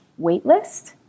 waitlist